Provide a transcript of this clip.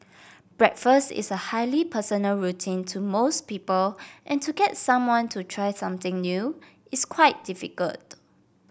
breakfast is a highly personal routine to most people and to get someone to try something new is quite difficult